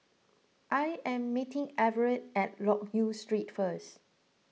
I am meeting Everette at Loke Yew Street first